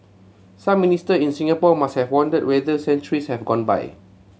some Minister in Singapore must have wondered whether centuries have gone by